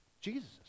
Jesus